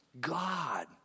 God